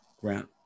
Grant